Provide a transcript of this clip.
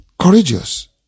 Courageous